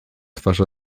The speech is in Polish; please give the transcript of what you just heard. twarz